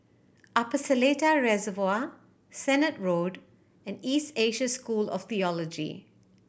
Upper Seletar Reservoir Sennett Road and East Asia School of Theology